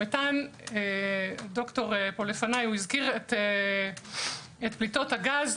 הד"ר לפניי הזכיר את פליטות הגז.